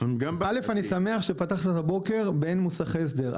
אני שמח שפתחת את הבוקר באין מוסכי הסדר.